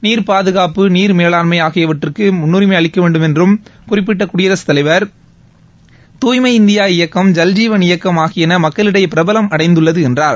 நீர் பாதுகாப்பு நீர் மேவாண்மை ஆகியவற்றுக்கு முன்னுரிமை அளிக்க வேண்டும் என்று குறிப்பிட்ட குடியரசுத் தலைவர் தூய்ளம் இந்தியா இயக்கம் ஐல்ஜீவன் இயக்கம் ஆகியன மக்களிடையே பிரபலம் அடைந்துள்ளது என்றார்